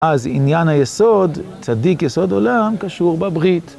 אז עניין היסוד, צדיק יסוד עולם, קשור בברית.